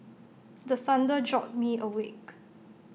the thunder jolt me awake